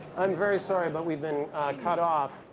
i'm very sorry, but we've been cut off.